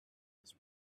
was